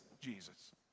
Jesus